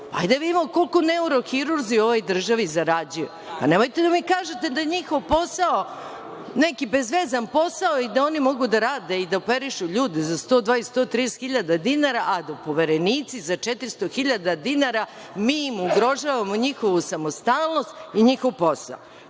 da vidimo koliko neurohirurzi u ovoj državi zarađuju. Nemojte da mi kažete da je njihov posao neki bezvezan posao i da oni mogu da rade i da operišu ljude za 120 – 130 hiljada dinara, a da poverenici za 400 hiljada dinara, mi im ugrožavamo njihovu samostalno i njihov posao.